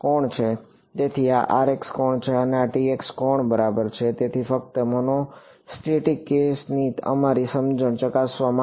તેથી આ Rx કોણ છે અને આ Tx કોણ બરાબર છે તેથી ફક્ત મોનોસ્ટેટિક કેસની અમારી સમજણ ચકાસવા માટે